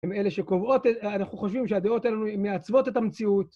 הם אלה שקובעות, אנחנו חושבים שהדעות האלה מעצבות את המציאות.